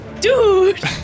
dude